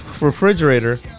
refrigerator